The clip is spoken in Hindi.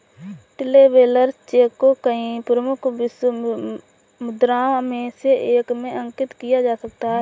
ट्रैवेलर्स चेक को कई प्रमुख विश्व मुद्राओं में से एक में अंकित किया जा सकता है